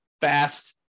fast